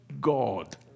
God